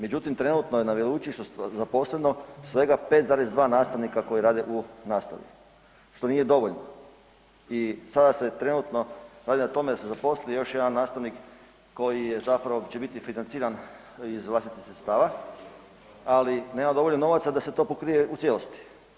Međutim, trenutno je na veleučilištu zaposleno svega 5,2 nastavnika koji rade u nastavi što nije dovoljno i sada se trenutno radi na tome da se zaposli još jedan nastavnik koji je zapravo će biti financiran iz vlastitih sredstava, ali nema dovoljno novaca da se to pokrije u cijelosti.